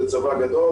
זה צבא גדול,